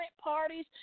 parties